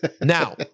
Now